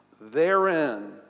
Therein